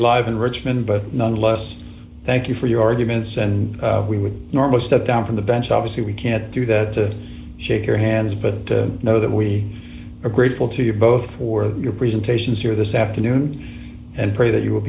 be live in richmond but nonetheless thank you for your arguments and we would normally step down from the bench obviously we can't do that to shake your hands but to know that we are grateful to you both for your presentations here this afternoon and pray that you will